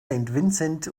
vincent